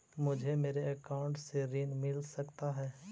मुझे मेरे अकाउंट से ऋण मिल सकता है?